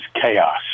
chaos